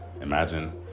Imagine